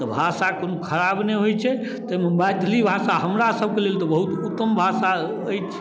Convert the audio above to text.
तऽ भाषा कोनो खराब नहि होइ छै ताहिमे मैथिली भाषा हमरा सभके लेल तऽ बहुत उत्तम भाषा अछि